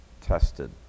tested